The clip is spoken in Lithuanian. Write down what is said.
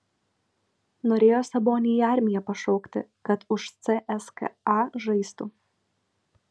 norėjo sabonį į armiją pašaukti kad už cska žaistų